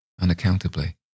unaccountably